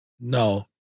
No